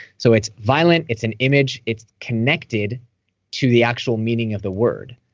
so it's violent. it's an image. it's connected to the actual meaning of the word.